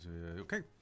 okay